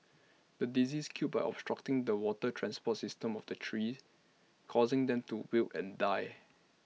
the disease killed by obstructing the water transport system of the trees causing them to wilt and die